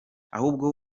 ahubwo